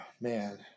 Man